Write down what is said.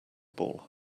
ball